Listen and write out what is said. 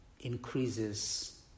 Increases